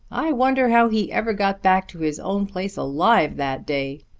i wonder how he ever got back to his own place alive that day.